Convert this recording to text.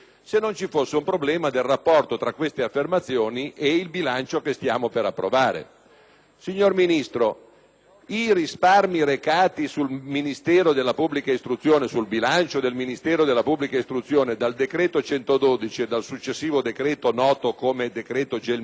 Signor Ministro, i risparmi recati sul bilancio del Ministero della pubblica istruzione dal decreto n. 112 e dal successivo decreto cosiddetto Gelmini sono ovviamente incorporati nel bilancio a legislazione vigente,